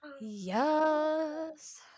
Yes